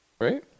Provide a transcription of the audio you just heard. right